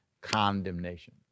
condemnation